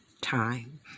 time